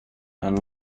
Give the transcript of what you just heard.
and